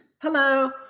Hello